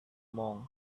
monk